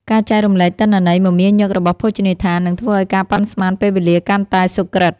ការចែករំលែកទិន្នន័យមមាញឹករបស់ភោជនីយដ្ឋាន នឹងធ្វើឱ្យការប៉ាន់ស្មានពេលវេលាកាន់តែសុក្រឹត។